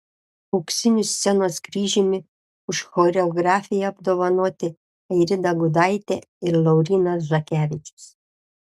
auksiniu scenos kryžiumi už choreografiją apdovanoti airida gudaitė ir laurynas žakevičius